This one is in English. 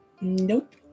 nope